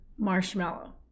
marshmallow